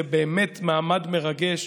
זה באמת מעמד מרגש,